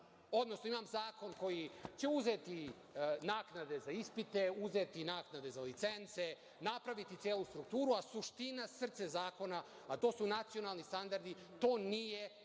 Odnosno, imam zakon koji će uzeti naknade za ispite, uzeti naknade za licence, napraviti celu strukturu, a suština, srce zakona, a to su nacionalni standardi, to nije